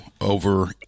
over